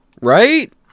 Right